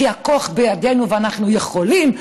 כי הכוח בידינו ואנחנו יכולים,